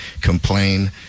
complain